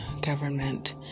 government